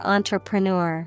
Entrepreneur